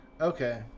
Okay